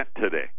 today